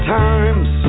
times